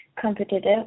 competitive